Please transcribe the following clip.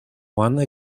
one